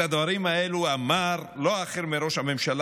את הדברים האלה אמר לא אחר מראש הממשלה,